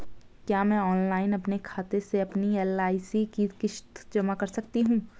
क्या मैं ऑनलाइन अपने खाते से अपनी एल.आई.सी की किश्त जमा कर सकती हूँ?